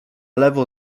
lewo